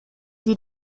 sie